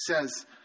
says